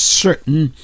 certain